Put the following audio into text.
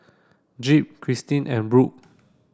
Jep Christi and Brook